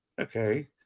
okay